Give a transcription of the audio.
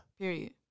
Period